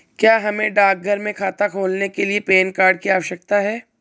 क्या हमें डाकघर में खाता खोलने के लिए पैन कार्ड की आवश्यकता है?